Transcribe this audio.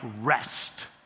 rest